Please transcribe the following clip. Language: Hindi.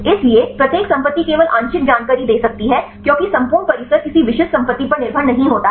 इसलिए प्रत्येक संपत्ति केवल आंशिक जानकारी दे सकती है क्योंकि संपूर्ण परिसर किसी विशिष्ट संपत्ति पर निर्भर नहीं होता है